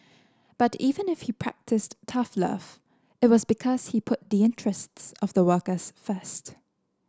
but even if he practised tough love it was because he put the interests of the workers first